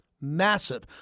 Massive